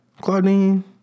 Claudine